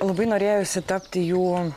labai norėjosi tapti jų